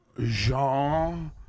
Jean